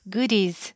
Goodies